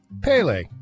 pele